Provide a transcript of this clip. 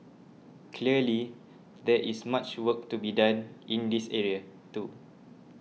clearly there is much work to be done in this area too